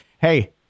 hey